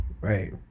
right